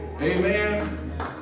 Amen